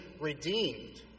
redeemed